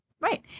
Right